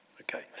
Okay